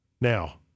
Now